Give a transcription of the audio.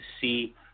see